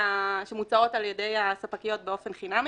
שמוצעות על ידי הספקיות באופן חינמי.